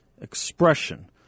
expression